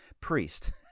priest